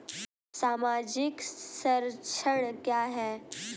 सामाजिक संरक्षण क्या है?